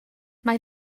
mae